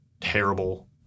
terrible